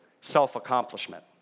self-accomplishment